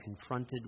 confronted